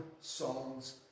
songs